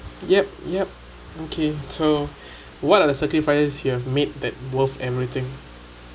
yup yup okay so what are the sacrifice you have made that worth everything